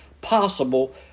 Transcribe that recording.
possible